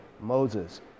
Moses